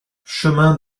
chemin